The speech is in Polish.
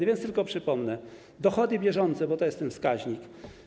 A więc tylko przypomnę dochody bieżące, bo to jest ten wskaźnik.